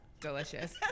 delicious